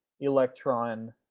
Electron